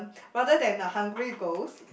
rather than a Hungry Ghost